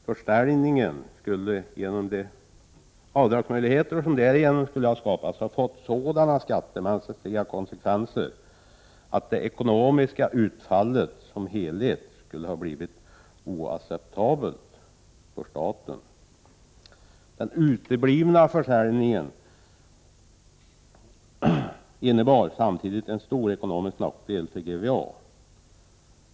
Försäljningen skulle genom de avdragsmöjligheter som därigenom skulle ha skapats ha fått sådana skattemässiga konsekvenser att det ekonomiska utfallet för staten som helhet skulle ha blivit oacceptabelt. Den uteblivna försäljningen innebar samtidigt en stor ekonomisk nackdel för Götaverken Arendal.